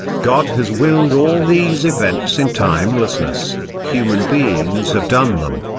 god has willed all these events in timelessness human beings have done them,